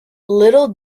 little